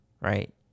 right